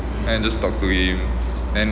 then I just talk to him then